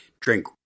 drink